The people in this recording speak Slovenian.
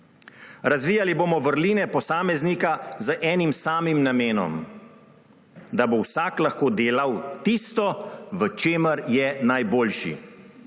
»Razvijali bomo vrline posameznika z enim samim namenom – da bo vsak lahko delal tisto, v čemer je najboljši.